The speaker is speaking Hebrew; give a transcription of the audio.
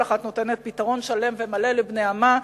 כל אחת נותנת פתרון שלם ומלא לבני עמה.